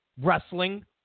wrestling